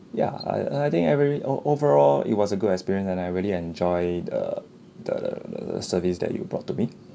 ya I I think every ov~ overall it was a good experience and I really enjoyed the the the service that you brought to me